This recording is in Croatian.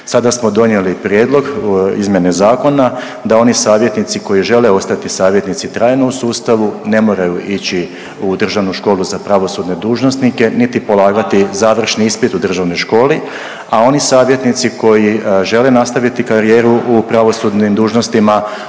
Sada smo donijeli prijedlog izmjene Zakona da oni savjetnici koji žele ostati savjetnici trajno u sustavu, ne moraju ići u Državnu školu za pravosudne dužnosnike niti polagati završni ispit u Državnoj školi, a oni savjetnici koji žele nastaviti karijeru u pravosudnim dužnostima,